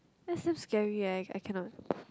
then I feel scary leh I cannot